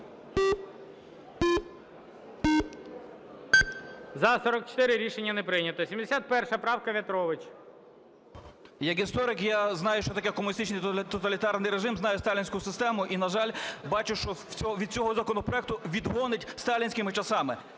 За-44 Рішення не прийнято. 71 правка, В'ятрович. 12:39:40 В’ЯТРОВИЧ В.М. Як історик я знаю, що таке комуністичний тоталітарний режим, знаю сталінську систему, і, на жаль, бачу, що від цього законопроекту відгонить сталінськими часами.